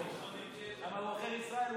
למה, הוא עוכר ישראל?